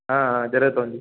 జరుగుతూ ఉంది